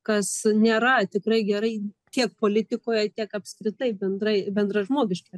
kas nėra tikrai gerai tiek politikoje tiek apskritai bendrai bendražmogiški